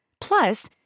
Plus